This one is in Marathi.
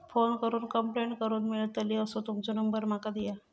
फोन करून कंप्लेंट करूक मेलतली असो तुमचो नंबर माका दिया?